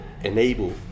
enable